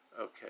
Okay